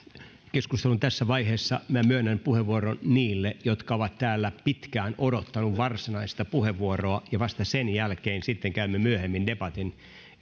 keskustelun tässä vaiheessa minä myönnän puheenvuoron niille jotka ovat täällä pitkään odottaneet varsinaista puheenvuoroa ja vasta sen jälkeen sitten käymme myöhemmin debatin